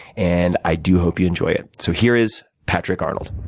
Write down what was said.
and i do hope you enjoy it. so here is patrick arnold.